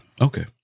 Okay